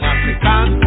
African